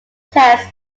tests